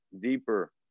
deeper